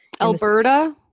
Alberta